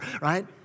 right